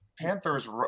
Panthers